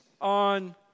on